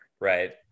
Right